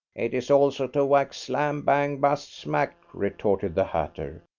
it is also to whack, slam, bang, bust, smack, retorted the hatter,